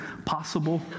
Possible